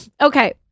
Okay